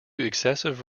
excessive